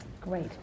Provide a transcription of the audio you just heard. Great